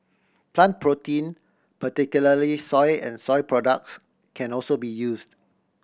plan protein particularly soy and soy products can also be used